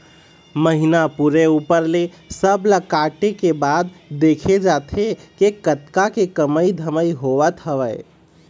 महिना पूरे ऊपर ले सब ला काटे के बाद देखे जाथे के कतका के कमई धमई होवत हवय